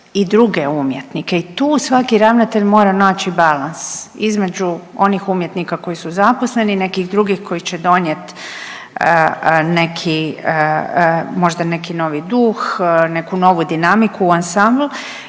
i druge umjetnike i tu svaki ravnatelj mora naći balans između onih umjetnika koji su zaposleni, nekih drugih koji će donijeti neki možda neki novi duh, neku novu dinamiku u ansambl